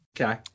Okay